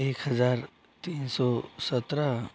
एक हजार तीन सौ सत्रह